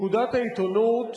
פקודת העיתונות